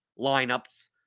lineups